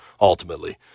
ultimately